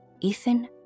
Ethan